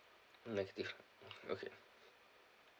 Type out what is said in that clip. negative okay